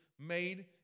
made